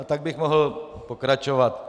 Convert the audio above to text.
A tak bych mohl pokračovat.